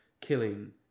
killing